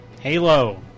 Halo